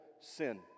sin